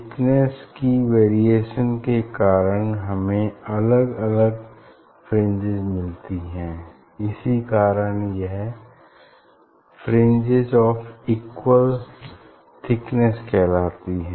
thickness की variation के कारण हमें अलग अलग फ्रिंजेस मिलती हैं इसी कारण यह फ्रिंजेस ऑफ़ इक्वल थिकनेस कहलाती हैं